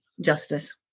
justice